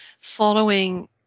following